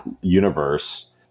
universe